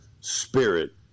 spirit